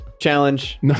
Challenge